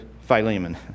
Philemon